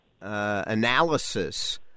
analysis